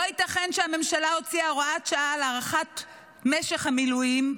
לא ייתכן שהממשלה הוציאה הוראת שעה על הארכת משך המילואים,